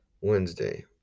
wednesday